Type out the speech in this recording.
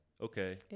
okay